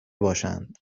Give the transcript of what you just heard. باشند